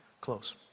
close